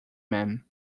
man